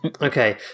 Okay